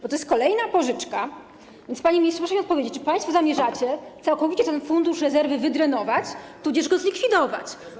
Bo to jest kolejna pożyczka, więc, panie ministrze, proszę mi odpowiedzieć: Czy państwo zamierzacie całkowicie ten fundusz rezerwy wydrenować tudzież go zlikwidować?